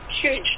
huge